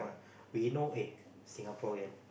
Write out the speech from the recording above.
we know eh Singaporean